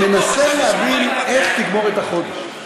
ומנסה להבין איך תגמור את החודש.